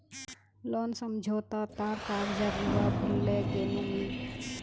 loan समझोता तार कागजात लूवा भूल ले गेनु मि